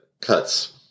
cuts